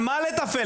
מה לתפעל?